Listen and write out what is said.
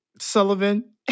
Sullivan